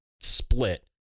split